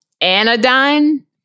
anodyne